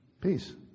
Peace